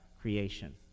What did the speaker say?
creation